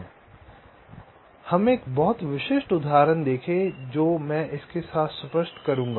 आइए हम एक बहुत विशिष्ट उदाहरण देखें जो मैं इसके साथ स्पष्ट करूंगा